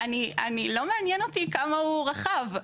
לא מעניין אותי כמה הוא רחב.